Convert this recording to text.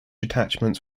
attachments